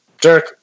Derek